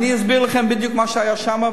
אני אסביר לכם בדיוק מה שהיה שם,